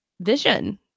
vision